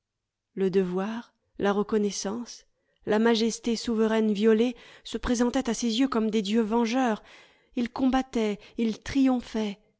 le devoir la reconnaissance la majesté souveraine violée se présentaient à ses yeux comme des dieux vengeurs il combattait il triomphait